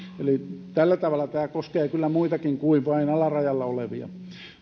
eli tällä tavalla tämä koskee kyllä muitakin kuin vain alarajalla olevia